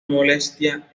molesta